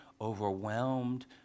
overwhelmed